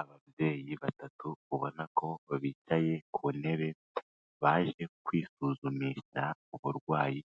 Ababyeyi batatu, ubona ko bicaye ku ntebe, baje kwisuzumisha uburwayi